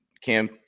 Cam